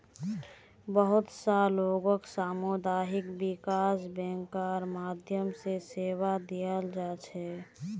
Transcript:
बहुत स लोगक सामुदायिक विकास बैंकेर माध्यम स सेवा दीयाल जा छेक